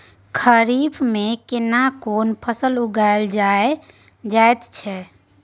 खरीफ में केना कोन फसल उगायल जायत छै?